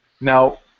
Now